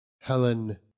Helen